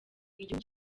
igihugu